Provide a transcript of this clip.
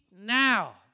now